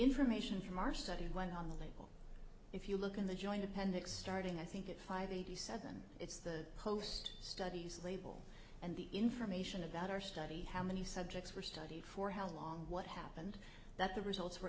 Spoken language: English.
information from our study one on the label if you look in the joint appendix starting i think it five eighty seven it's the host studies label and the information about our study how many subjects were studied for how long what happened that the results